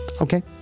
Okay